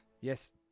yes